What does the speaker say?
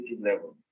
level